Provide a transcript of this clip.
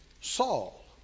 Saul